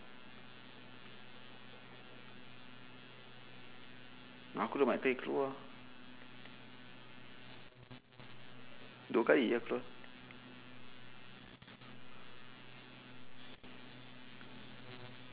aku dah banyak kali keluar dua kali aku keluar